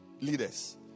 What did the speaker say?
leaders